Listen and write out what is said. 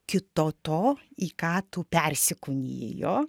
kito to į ką tu persikūniji jo